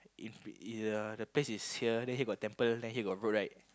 if if the place is here then here got temple then here got road right